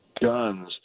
guns